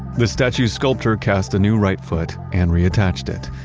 the statue's sculptor cast a new right foot and reattached it.